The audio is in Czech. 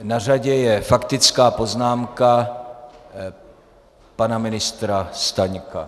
Na řadě je faktická poznámka pana ministra Staňka.